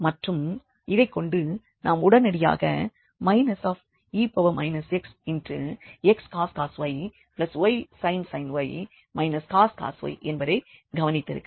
மற்றும் இதைக் கொண்டு நாம் உடனடியாக e xxcos y ysin y cos y என்பதைக் கவனிக்கிறோம்